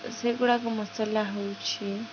ସେଗୁଡ଼ାକ ମସଲା ହେଉଛି